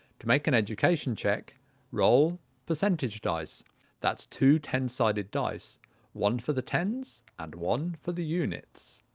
to make an education check roll percentage dice that's two ten sided dice one for the tens and one for the units.